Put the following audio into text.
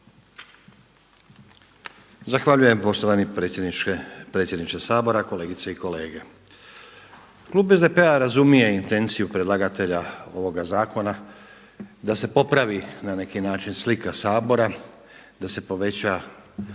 Zahvaljujem. Poštovani predsjedniče Sabora, kolegice i kolege. Klub SDP-a razumije intenciju predlagatelja ovoga zakona da se popravi na neki način slika Sabora, da se poveća